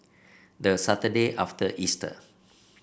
the Saturday after Easter